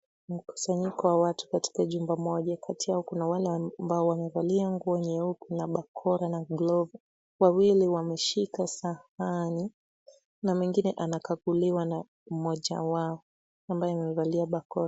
Mkusanyiko wa watu katika jumba moja. Kati yao kuna wale ambao wamevalia nguo nyeupe na bakora na glovu. Wawili wameshika sahani na mwingine anakaguliwa na mmoja wao ambaye amevalia bakora.